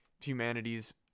humanity's